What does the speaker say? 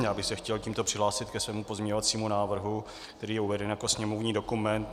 Já bych se chtěl tímto přihlásit ke svému pozměňovacímu návrhu, který je uveden jako sněmovní dokument 2629.